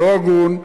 לא הגון,